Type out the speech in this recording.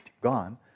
gone